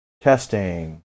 testing